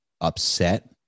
upset